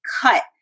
cut